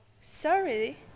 sorry